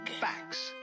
facts